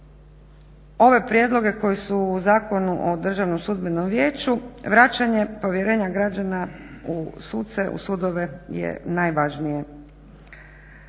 ove prijedloge koje su u Zakonu o Državnom sudbenom vijeću vraćanje povjerenja građana u suce, u sudove je najvažnije.